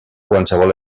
qualsevol